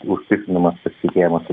užtikrinamas pasitikėjimas